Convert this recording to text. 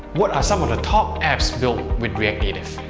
what are some of the top apps built with react native?